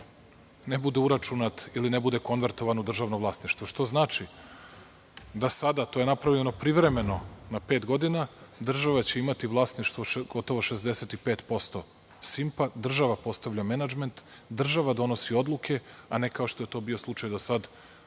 ne bude uračunat ili ne bude konvertovan u državno vlasništvo, što znači da sada, to je napravljeno privremeno na pete godina, država će imati vlasništvo gotovo 65% „Simpa“, država postavlja menadžment, država donosi odluke, a ne kao što je to bio slučaj do sada,